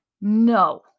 No